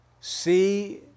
see